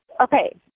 okay